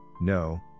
no